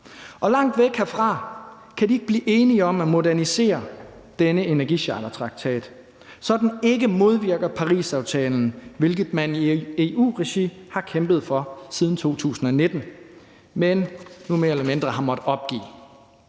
Og langt væk herfra kan de ikke blive enige om at modernisere denne energichartertraktat, så den ikke modvirker Parisaftalen, hvilket man i EU-regi har kæmpet for siden 2019, men det har man nu mere eller mindre måttet opgive.